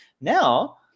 Now